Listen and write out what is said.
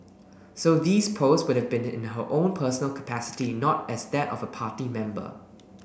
so these posts would've been in her own personal capacity not as that of a party member